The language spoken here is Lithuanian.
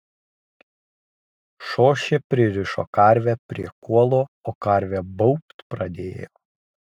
šošė pririšo karvę prie kuolo o karvė baubt pradėjo